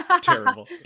Terrible